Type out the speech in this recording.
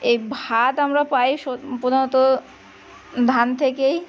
এই ভাত আমরা পাই স প্রধানত ধান থেকেই